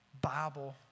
Bible